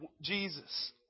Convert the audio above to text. Jesus